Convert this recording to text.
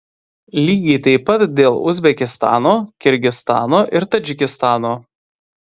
lygiai taip pat dėl uzbekistano kirgizstano ir tadžikistano